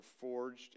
forged